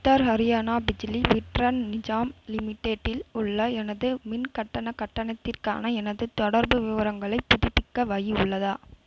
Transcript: உத்தர் ஹரியானா பிஜிலி விட்ரன் நிஜாம் லிமிடெட்டில் உள்ள எனது மின் கட்டணக் கட்டணத்திற்கான எனது தொடர்பு விவரங்களைப் புதுப்பிக்க வழி உள்ளதா